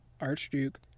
Archduke